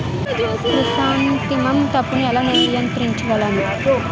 Chrysanthemum తప్పును ఎలా నియంత్రించగలను?